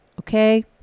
Okay